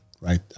right